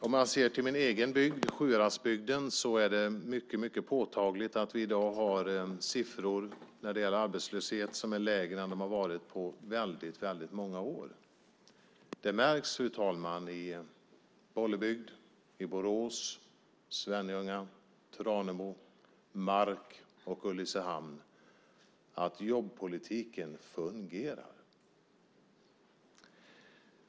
Om jag ser till min egen hembygd, Sjuhäradsbygden, är det mycket påtagligt att vi i dag har siffror för arbetslöshet som är lägre än vad de har varit på väldigt många år. Det märks i Bollebygd, Borås, Svenljunga, Tranemo, Mark och Ulricehamn att jobbpolitiken fungerar, fru talman.